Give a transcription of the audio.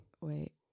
wait